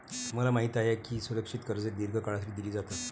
तुम्हाला माहित आहे का की सुरक्षित कर्जे दीर्घ काळासाठी दिली जातात?